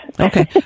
Okay